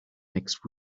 next